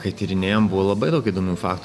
kai tyrinėjom buvo labai daug įdomių faktų